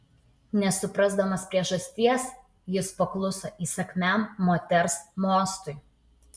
nesuprasdamas priežasties jis pakluso įsakmiam moters mostui